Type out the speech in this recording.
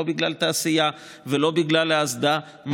לא בגלל תעשייה ולא בגלל האסדה,